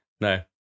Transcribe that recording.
No